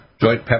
joint